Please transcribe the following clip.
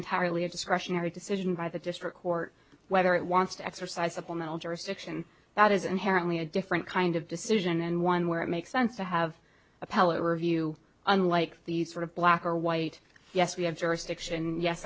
entirely a discretionary decision by the district court whether it wants to exercise supplemental jurisdiction that is inherently a different kind of decision and one where it makes sense to have appellate review unlike the sort of black or white yes we